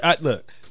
look